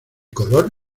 color